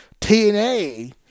TNA